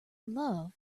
love